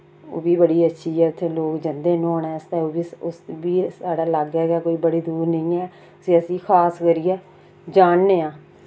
ओह् बी बड़ी अच्छी ऐ उत्थै लोक जंदे नौह्ने आस्तै ओह् बी उस ओह् बी साढ़े लागै गै कोई बड़ी दूर नेईं ऐ जिसी खास करियै जानने आं